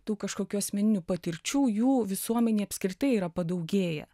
tų kažkokių asmeninių patirčių jų visuomenėj apskritai yra padaugėję